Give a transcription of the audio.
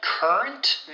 Current